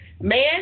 Man